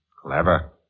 Clever